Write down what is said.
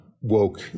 woke